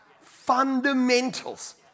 fundamentals